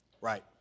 Right